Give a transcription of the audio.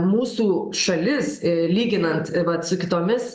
mūsų šalis lyginant vat su kitomis